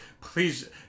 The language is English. please